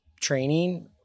training